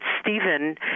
Stephen